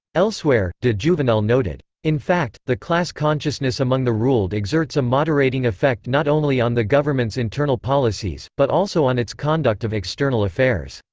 elsewhere, de jouvenel noted in fact, the class consciousness among the ruled exerts a moderating effect not only on the government's internal policies, but also on its conduct of external affairs.